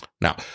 Now